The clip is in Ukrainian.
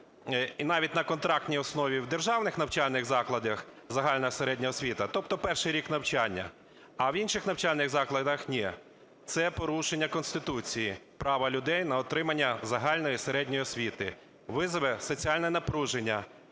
і навіть на контрактній основі в державних навчальних закладах загальна середня освіти, тобто перший рік навчання, а в інших навчальних закладах – ні. Це порушення Конституції, права людей на отримання загальної середньої освіти, визве соціальне напруження.